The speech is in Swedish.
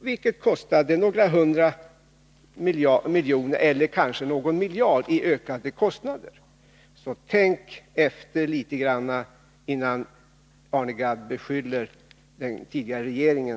Det innebar några hundra miljoner eller kanske någon miljard i ökade kostnader. Jag vill råda Arne Gadd att tänka efter litet, innan han riktar beskyllningar mot den tidigare regeringen.